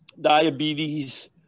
diabetes